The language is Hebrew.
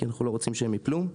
כי אנחנו לא רוצים שהם ייפלו.